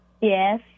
Yes